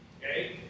Okay